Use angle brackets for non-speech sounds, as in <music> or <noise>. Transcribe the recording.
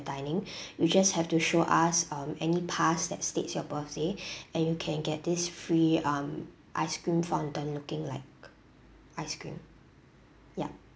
dining <breath> you just have to show us um any pass that states your birthday <breath> and you can get this free um ice cream fountain looking like ice cream ya